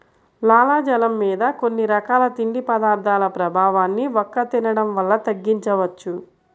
లాలాజలం మీద కొన్ని రకాల తిండి పదార్థాల ప్రభావాన్ని వక్క తినడం వల్ల తగ్గించవచ్చు